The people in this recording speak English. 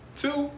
two